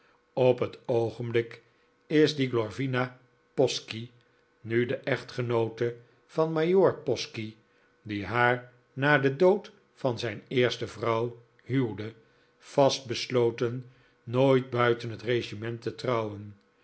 op het oogenblik is die glorvina posky nu de echtgenoote van majoor posky die haar na den dood van zijn eerste vrouw huwde vastbesloten nooit buiten het regiment te trouwen